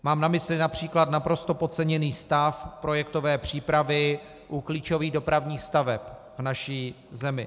Mám na mysli například naprosto podceněný stav projektové přípravy u klíčových dopravních staveb v naší zemi.